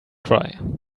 try